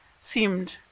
seemed